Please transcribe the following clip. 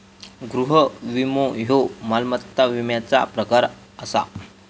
गृह विमो ह्यो मालमत्ता विम्याचा प्रकार आसा